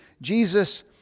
jesus